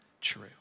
true